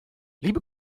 liebe